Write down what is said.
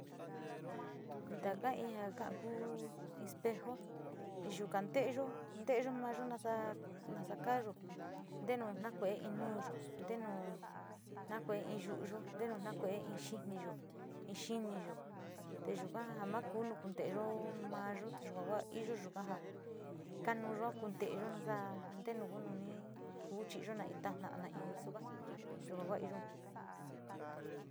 Taka in ja ka´a ku in espejo yuka nte´eyo, nte´eyo mayo ka nasa kaayo nteno na kue´e nuuyo, ntenu na kueeyo in yu´uyo, ntenuu na kue´eyo in xiniyo, in xiniyo te yuka so ma ku no konteyo mayo ja gua iyo yuka jo konuyo teeyo nasaa ntenu ku nu ni kuu chi´iyo in taj ma in suka yava´a iyo.